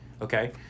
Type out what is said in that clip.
Okay